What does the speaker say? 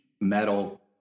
metal